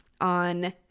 on